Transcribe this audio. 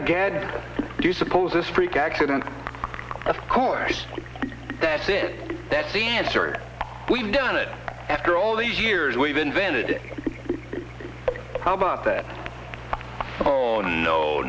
again do you suppose this freak accident of course that's it that's the answer we've done it after all these years we've invented how about that no no